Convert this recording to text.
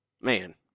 Man